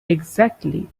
exactly